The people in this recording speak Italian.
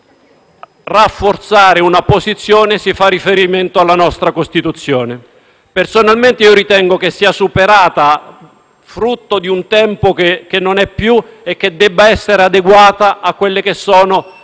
rafforzare una posizione, si fa riferimento alla nostra Costituzione. Personalmente, ritengo che sia superata, frutto di un tempo che non è più e che debba essere adeguata alle nostre